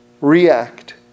react